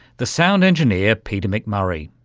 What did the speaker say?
the sound engineer peter mcmurray.